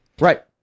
right